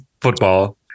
football